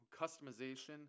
customization